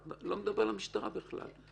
לא מדברים על המשטרה בכלל.